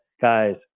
guys